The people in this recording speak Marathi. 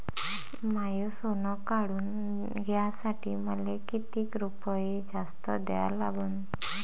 माय सोनं काढून घ्यासाठी मले कितीक रुपये जास्त द्या लागन?